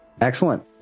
Excellent